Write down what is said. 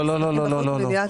לא, לא, לא.